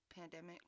pandemic